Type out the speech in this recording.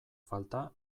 falta